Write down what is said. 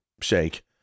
shake